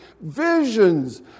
visions